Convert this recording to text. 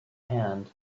hand